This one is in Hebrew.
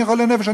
אני חולה נפש,